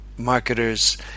marketers